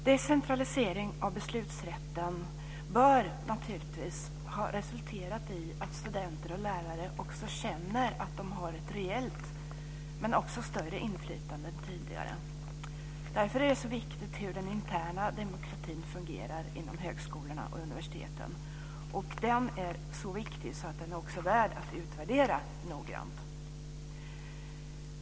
Decentralisering av beslutsrätten bör naturligtvis ha resulterat i att studenter och lärare känner att de har ett reellt men också större inflytande än tidigare. Därför är det så viktigt hur den interna demokratin fungerar inom högskolorna och universiteten. Den är så viktig att den är värd att utvärdera noggrant.